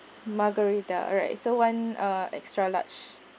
margarita alright so one ah extra large